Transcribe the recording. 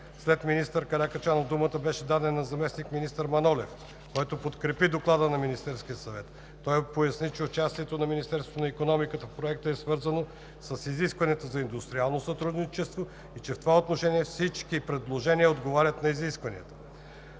След министър Каракачанов думата беше дадена на заместник-министър Манолев. Като подкрепи Доклада на Министерския съвет, той поясни, че участието на Министерството на икономиката в Проекта е свързано с изискванията за индустриално сътрудничество и че в това отношение всички предложения отговарят на изискванията.